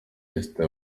esther